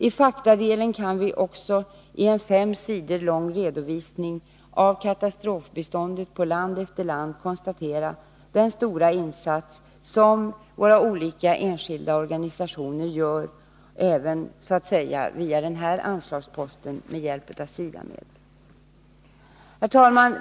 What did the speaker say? I faktadelen kan vi också genom att ta del av en fem sidor lång redovisning av katastrofbiståndet för land efter land konstatera den stora insats som våra olika enskilda organisationer gör även så att säga via denna anslagspost med hjälp av SIDA-medlen. Herr talman!